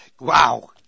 wow